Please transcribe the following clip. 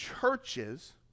churches